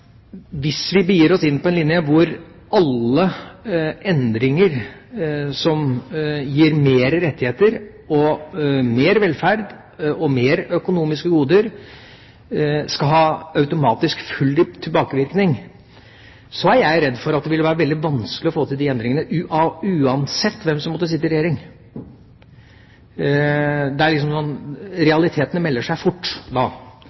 Hvis vi begir oss inn på en linje hvor alle endringer som gir mer rettigheter, mer velferd og flere økonomiske goder, automatisk skal ha full tilbakevirkende kraft, er jeg redd for at det vil være veldig vanskelig å få til de endringene, uansett hvem som måtte sitte i regjering. Realitetene melder seg fort da.